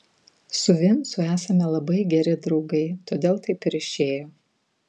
su vincu esame labai geri draugai todėl taip ir išėjo